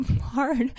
hard